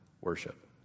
worship